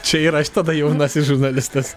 čia yra tada jaunasis žurnalistas